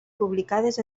publicades